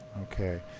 Okay